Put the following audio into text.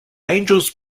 angels